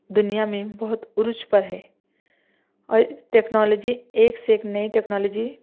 دنیا میں بہت عروج پر ہے اور ٹیکنالوجی ایک سے ایک نئی ٹیکنالوجی